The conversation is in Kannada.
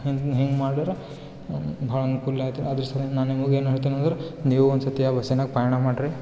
ಇನ್ನು ಹೀಗೆ ಮಾಡಿದ್ರ ಭಾಳ ಅನ್ಕೂಲಾಯ್ತ ಅದ್ರ ಸರಿಗ್ ನಾನು ನಿಮಗೆ ಏನು ಹೇಳ್ತಿನಂದ್ರೆ ನೀವು ಒಂದ್ಸತಿ ಆ ಬಸ್ಸಿನಾಗೆ ಪಯಣ ಮಾಡ್ರಿ